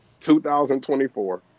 2024